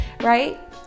right